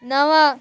नवं